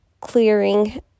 clearing